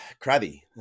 crabby